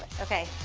okay.